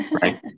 right